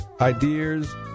ideas